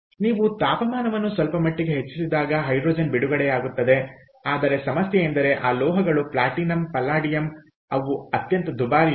ನೀವು ತಾಪಮಾನವನ್ನು ಸ್ವಲ್ಪಮಟ್ಟಿಗೆ ಹೆಚ್ಚಿಸಿದಾಗ ಹೈಡ್ರೋಜನ್ ಬಿಡುಗಡೆಯಾಗುತ್ತದೆ ಆದರೆ ಸಮಸ್ಯೆಯೆಂದರೆ ಆ ಲೋಹಗಳು ಪ್ಲಾಟಿನಂ ಪಲ್ಲಾಡಿಯಮ್ ಅವು ಅತ್ಯಂತ ದುಬಾರಿಯಾಗಿದೆ